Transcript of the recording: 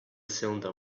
cylinder